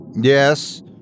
Yes